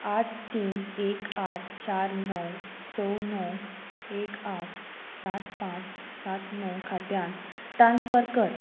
आठ तीन एक आठ चार णव स णव एक आठ सात पांच सात णव खात्यांत ट्रान्स्फर कर